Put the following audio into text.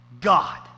God